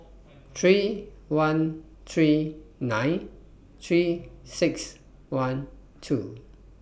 three one three nine three six one two